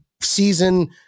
season